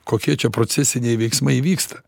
kokie čia procesiniai veiksmai vyksta